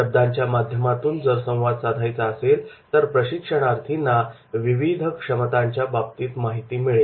शब्दांच्या माध्यमातून जर संवाद साधायचा असेल तर प्रशिक्षणार्थींना विविध क्षमतांच्या बाबतीत माहिती मिळेल